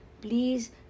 Please